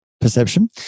perception